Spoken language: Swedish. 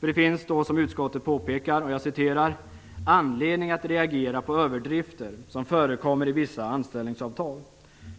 Det finns, som utskottet påpekar: "anledning att reagera på överdrifter som förekommer i vissa anställningsavtal.